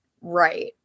Right